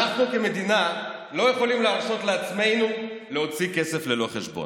אנחנו כמדינה לא יכולים להרשות לעצמנו להוציא כסף ללא חשבון.